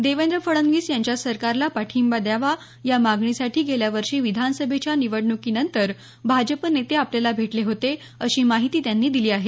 देवेंद्र फडणवीस यांच्या सरकारला पाठिंबा द्यावा या मागणीसाठी गेल्या वर्षी विधानसभेच्या निवडणुकीनंतर भाजप नेते आपल्याला भेटले होते अशी माहिती त्यांनी दिली आहे